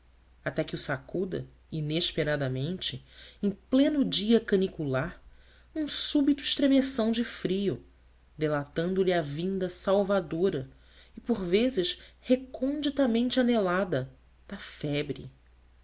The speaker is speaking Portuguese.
até que o sacuda inesperadamente em pleno dia canicular um súbito estremeção de frio delatando lhe a vinda salvadora e por vezes reconditamente anelada da febre